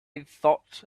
thought